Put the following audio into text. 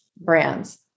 brands